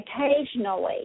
Occasionally